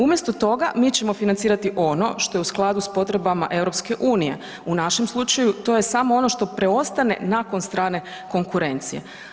Umjesto toga mi ćemo financirati ono što je u skladu s potrebama EU, u našem slučaju to je samo ono što preostane nakon strane konkurencije.